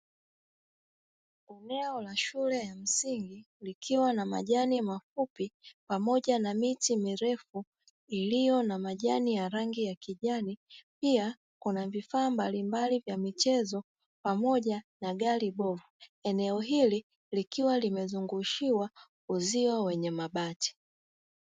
Eneo la shule ya msingi likiwa na majani mafupi pamoja na miti mirefu iliyo na majani ya rangi ya kijani; pia kuna vifaa mbalimbali vya michezo pamoja na gari bovu. Eneo hili likiwa limezungushiwa uzio wenye mabati.